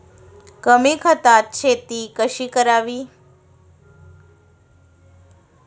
कमी खतात शेती कशी करावी?